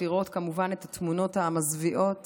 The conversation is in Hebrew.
לראות את התמונות המזוויעות